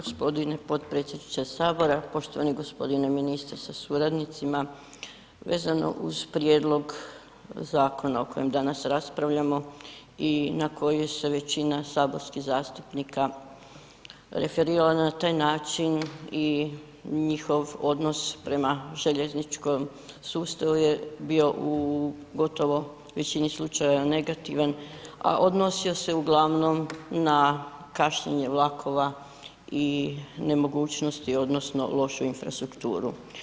Poštovani g. potpredsjedniče HS, poštovani g. ministre sa suradnicima, vezano uz prijedlog zakona o kojem danas raspravljamo i na koji se većina saborskih zastupnika referirala na taj način i njihov odnos prema željezničkom sustavu je bio u gotovo većini slučajeva negativan, a odnosio se uglavnom na kašnjenje vlakova i nemogućnosti odnosno lošu infrastrukturu.